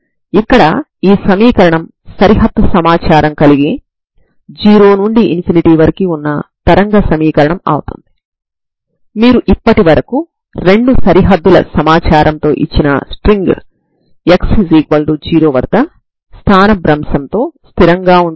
కాబట్టి ux0tk1u0t0 అవుతుంది ఇక్కడ K స్థిరాంకం అవుతుంది మరియు రెండవ చివర కూడా మీరు స్థిరాంకాన్ని తీసుకోవచ్చు మరియు అది కూడా స్ట్రింగ్ కి జతచేయబడి ఉంటుంది